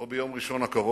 או ביום ראשון הקרוב,